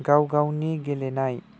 गावगावनि गेलेनाय